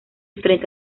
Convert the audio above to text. frente